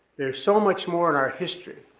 there is so much more in our history